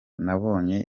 nabonye